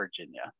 Virginia